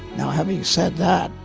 now having said that,